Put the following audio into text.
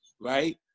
right